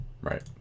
right